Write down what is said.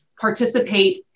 participate